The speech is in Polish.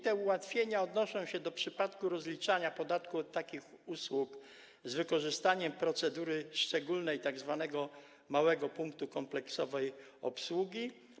Te ułatwienia odnoszą się do przypadku rozliczania podatku od takich usług z wykorzystaniem procedury szczególnej, tzw. małego punktu kompleksowej obsługi.